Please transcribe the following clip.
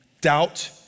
Doubt